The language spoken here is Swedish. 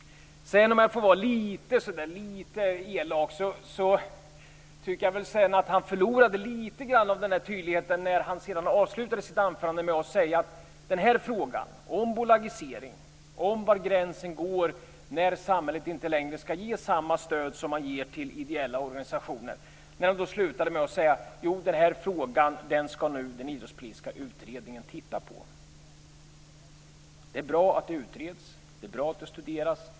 Om jag får vara litet elak kan jag säga att jag tycker att han förlorade litet grand av denna tydlighet när han avslutade sitt anförande. Han sade att den idrottspolitiska utredningen skall titta på frågan om bolagisering och undersöka var gränsen går för när samhället inte längre skall ge samma stöd som till ideella organisationer. Det är bra att det utreds. Det är bra att det studeras.